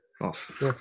off